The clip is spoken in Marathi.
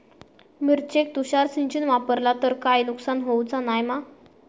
मिरचेक तुषार सिंचन वापरला तर काय नुकसान होऊचा नाय मा?